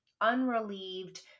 unrelieved